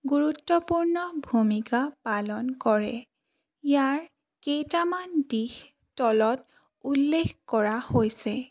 গুৰুত্বপূৰ্ণ ভূমিকা পালন কৰে ইয়াৰ কেইটামান দিশ তলত উল্লেখ কৰা হৈছে